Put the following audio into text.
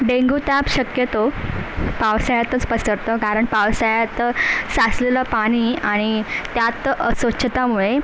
dengue ताप शक्यतो पावसाळ्यातच पसरतो कारण पावसाळ्यात साचलेलं पाणी आणि त्यात अस्वच्छतामुळे